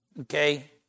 okay